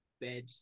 bed